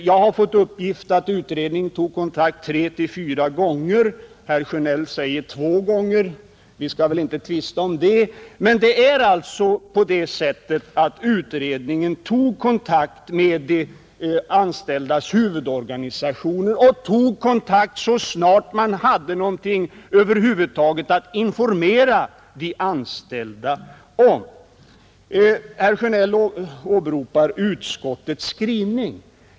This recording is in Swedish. Jag har fått uppgift om att utredningen tog kontakt tre, fyra gånger — herr Sjönell säger att det var två gånger men det skall vi väl inte tvista om. Utredningen tog kontakt med de anställdas huvudorganisationer så snart man över huvud taget hade något att informera de anställda om. Herr Sjönell åberopar utskottets skrivning.